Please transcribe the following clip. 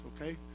okay